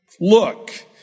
Look